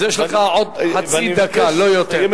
אז יש לך עוד חצי דקה, לא יותר.